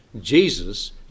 Jesus